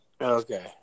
Okay